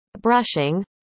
brushing